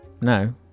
No